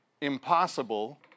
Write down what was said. impossible